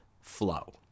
flow